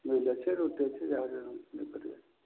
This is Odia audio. ମିଲ୍ ଅଛି ରୁଟି ଅଛି ଯାହା ନେଇପାରିବେ